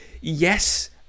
Yes